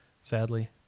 sadly